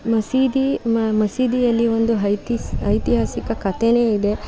ಮಸೀದಿ ಮಸೀದಿಯಲ್ಲಿ ಒಂದು ಐತಿಹಾಸಿಕ ಕತೆಯೇ ಇದೆ